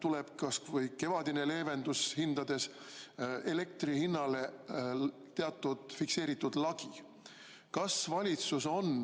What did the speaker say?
tuleb kevadine hinnaleevendus – elektri hinnale teatud fikseeritud lagi. Kas valitsus on